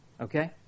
okay